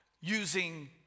using